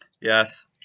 Yes